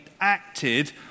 acted